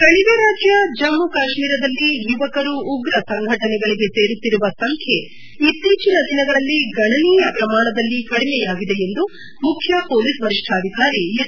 ಕಣಿವೆ ರಾಜ್ಯ ಜಮ್ಮ ಕಾಶ್ಮೀರದಲ್ಲಿ ಯುವಕರು ಉಗ್ರ ಸಂಘಟನೆಗಳಿಗೆ ಸೇರುತ್ತಿರುವ ಸಂಖ್ಯೆ ಇತ್ತೀಚಿನ ದಿನಗಳಲ್ಲಿ ಗಣನೀಯ ಪ್ರಮಾಣದಲ್ಲಿ ಕಡಿಮೆಯಾಗಿದೆ ಎಂದು ಮುಖ್ಯ ಮೊಲೀಸ್ ವರಿಷ್ಠಾಧಿಕಾರಿ ಎಸ್